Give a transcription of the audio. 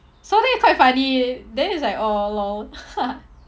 so then it's quite funny then he's like oh lol